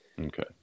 Okay